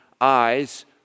eyes